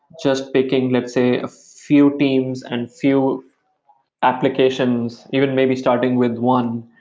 just picking let's say a few teams and few applications, even maybe starting with one